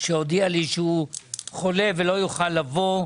שהודיע לי שהוא חולה ולא יוכל לבוא,